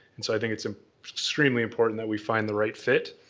and so i think it's ah extremely important that we find the right fit.